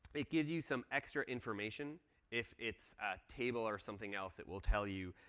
it gives you some extra information if it's a table or something else. it will tell you.